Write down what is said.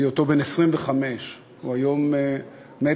בהיותו בן 25. היום הוא מת,